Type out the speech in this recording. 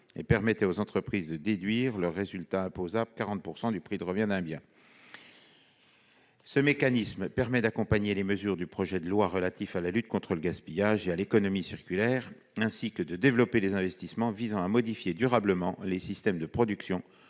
et permettait aux entreprises de déduire de leur résultat imposable 40 % du prix de revient d'un bien. Ce mécanisme permet d'accompagner les mesures du projet de loi relatif à la lutte contre le gaspillage et à l'économie circulaire, ainsi que de développer les investissements visant à modifier durablement les systèmes de production